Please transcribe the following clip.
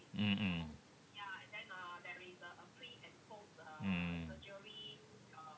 mm mm mm